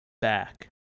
back